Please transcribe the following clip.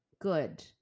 good